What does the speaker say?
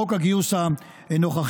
חוק הגיוס הנוכחי,